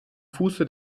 fuße